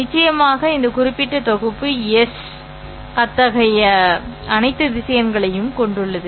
நிச்சயமாக இந்த குறிப்பிட்ட தொகுப்பு எஸ் அத்தகைய அனைத்து திசையன்களையும் கொண்டுள்ளது